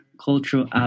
cultural